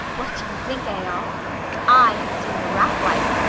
what do you think, eyolf i have seen the rat-wife.